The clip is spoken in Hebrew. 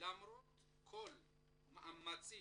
למרות כל מאמצי